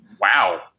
wow